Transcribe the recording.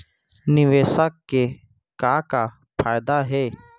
निवेश के का का फयादा हे?